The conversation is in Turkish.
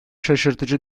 şaşırtıcı